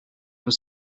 was